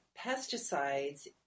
pesticides